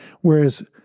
Whereas